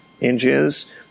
inches